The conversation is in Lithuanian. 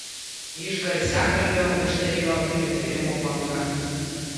iš garsiakalbio ūžtelėjo pritarimo banga